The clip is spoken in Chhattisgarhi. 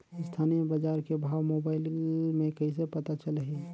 स्थानीय बजार के भाव मोबाइल मे कइसे पता चलही?